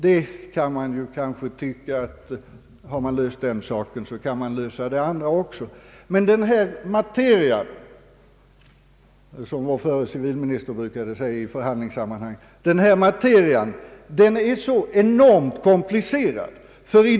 Vi kanske kan tycka att har man löst den ena frågan så kan man också lösa den andra. Men den här materian, som vår förre civilminister brukade säga i förhandlingssammanhang, är enormt komplicerad.